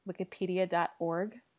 wikipedia.org